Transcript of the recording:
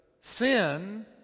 sin